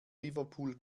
liverpool